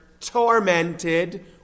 tormented